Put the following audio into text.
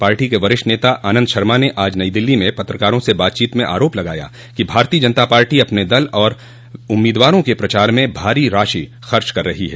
party के वरिष्ठ नेता आनंद शर्मा न आज नई दिल्ली में पत्रकारों से बातचीत में आरोप लगाया कि भारतीय जनता पार्टी अपने दल और उम्मीदवारों के प्रचार में भारी राशि खर्च कर रही है